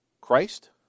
Christ